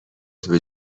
قطب